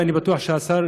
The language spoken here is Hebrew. ואני בטוח שהשר,